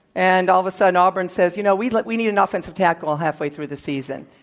and all of a sudden auburn says, you know, we like we need an offensive tackle, halfway through the season,